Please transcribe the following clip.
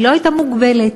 היא לא הייתה מוגבלת.